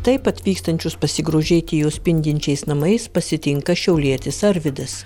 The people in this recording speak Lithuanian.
taip atvykstančius pasigrožėti jo spindinčiais namais pasitinka šiaulietis arvydas